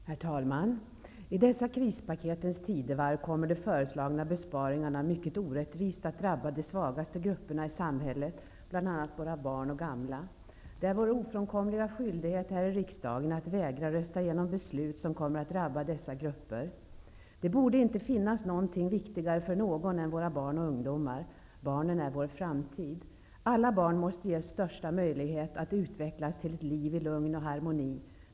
Herr talman! I detta krispaketens tidevarv kommer de föreslagna besparingarna att mycket orättvist drabba de svagaste grupperna i samhället, bl.a. våra barn och gamla. Det är en ofrånkomlig skyldighet för oss här i riksdagen att vägra att rösta igenom beslut som kommer att drabba dessa grupper. Ingenting borde vara viktigare för någon än våra barn och ungdomar. Barnen är vår framtid. Alla barn måste ges de bästa möjligheter att utvecklas och få ett liv i lugn och harmoni.